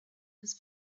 des